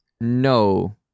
No